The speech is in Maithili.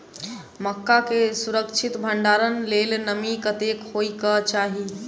मक्का केँ सुरक्षित भण्डारण लेल नमी कतेक होइ कऽ चाहि?